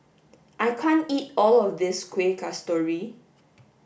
I can't eat all of this Kuih Kasturi